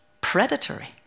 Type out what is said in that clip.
predatory